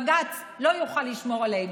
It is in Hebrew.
בג"ץ לא יוכל לשמור עלינו.